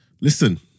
Listen